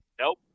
Nope